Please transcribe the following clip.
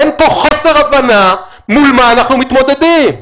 אין פה חוסר הבנה מול מה אנחנו מתמודדים.